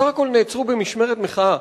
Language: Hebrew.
שבסך הכול נעצרו במשמרת מחאה,